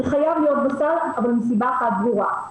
זה חייב להיות בסל אבל מסיבה אחת ברורה,